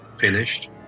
finished